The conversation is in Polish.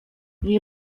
nie